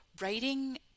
writing